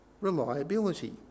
Reliability